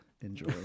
Enjoy